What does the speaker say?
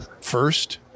first